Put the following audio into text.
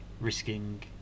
risking